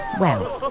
well,